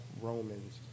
Romans